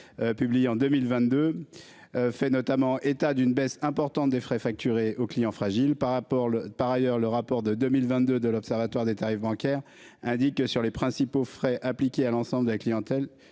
publié en 2022. Fait notamment état d'une baisse importante des frais facturés aux clients fragiles par rapport par ailleurs le rapport de 2022 de l'Observatoire des tarifs bancaires. Indique sur les principaux frais appliquer à l'ensemble de la clientèle